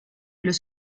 los